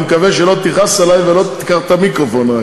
אני מקווה שלא תכעס עלי ולא תיקח את המיקרופון.